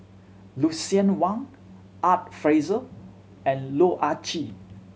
Lucien Wang Art Fazil and Loh Ah Chee